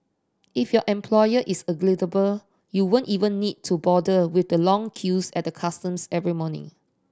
if your employer is agreeable you won't even need to bother with the long queues at the customs every morning